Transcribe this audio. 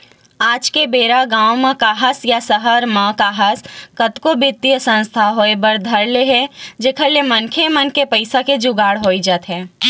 आज के बेरा गाँव म काहस या सहर म काहस कतको बित्तीय संस्था होय बर धर ले हे जेखर ले मनखे मन के पइसा के जुगाड़ होई जाथे